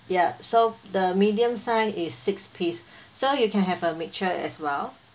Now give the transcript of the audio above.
ya so the medium size is six piece so you can have a mixture as well